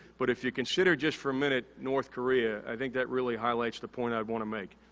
but if you consider just for a minute north korea, i think that really highlights the point i wanna make.